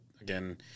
again